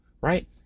right